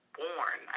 born